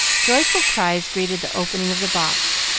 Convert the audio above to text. joyful cries greeted the opening of the box,